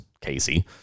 Casey